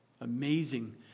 Amazing